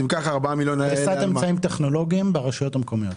פריסת אמצעים טכנולוגיים ברשויות המקומיות.